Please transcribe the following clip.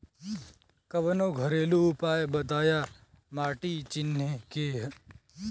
कवनो घरेलू उपाय बताया माटी चिन्हे के?